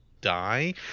die